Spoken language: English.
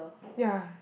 ya